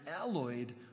alloyed